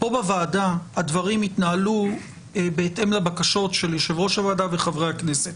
בוועדה הדברים יתנהלו בהתאם לבקשות של יושב-ראש הוועדה וחברי הכנסת.